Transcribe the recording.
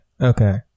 okay